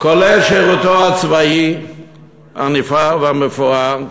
כולל שירותו הצבאי הנפאר והמפואר,